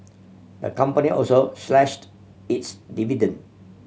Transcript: the company also slashed its dividend